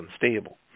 unstable